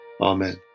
Amen